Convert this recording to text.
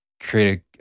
create